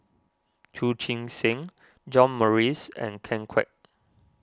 Chu Chee Seng John Morrice and Ken Kwek